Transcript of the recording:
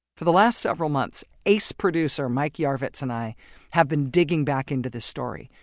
for the last several months, ace producer mike yarvitz and i have been digging back into this story,